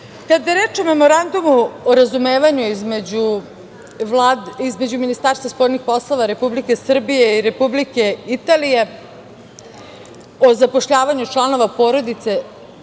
reč o Memorandumu o razumevanju između Ministarstva spoljnih poslova Republike Srbije i Republike Italije o zapošljavanju članova porodica